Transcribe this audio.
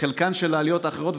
כחלקן של העליות האחרות,